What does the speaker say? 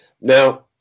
Now